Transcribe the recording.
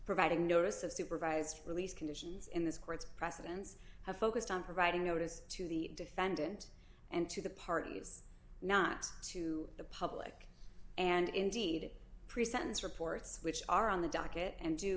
providing notice of supervised release conditions in this court's precedents have focused on providing notice to the defendant and to the parties not to the public and indeed pre sentence reports which are on the docket and do